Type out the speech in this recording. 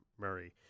Murray